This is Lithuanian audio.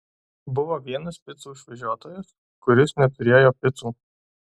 buvo vienas picų išvežiotojas kuris neturėjo picų